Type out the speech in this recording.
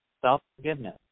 self-forgiveness